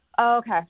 Okay